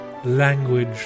Language